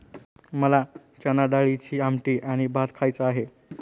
मला चणाडाळीची आमटी आणि भात खायचा आहे